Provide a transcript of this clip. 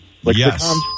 Yes